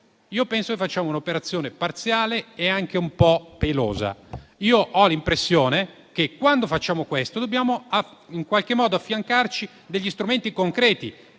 penso che facciamo un'operazione parziale e anche un po' "pelosa". Io ho l'impressione che, quando facciamo questo, dobbiamo affiancarci degli strumenti concreti.